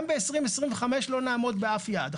גם ב-2025 לא נעמוד באף יעד.